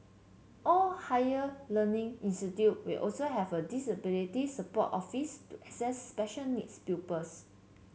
all higher learning institute will also have a disability support office to assist special needs pupils